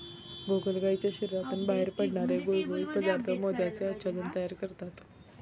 गोगलगायीच्या शरीरातून बाहेर पडणारे गुळगुळीत पदार्थ मोत्याचे आच्छादन तयार करतात